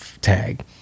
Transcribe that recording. tag